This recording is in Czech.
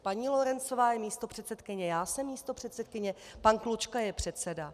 Paní Lorencová je místopředsedkyně, já jsem místopředsedkyně, pan Klučka je předseda.